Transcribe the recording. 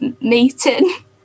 meeting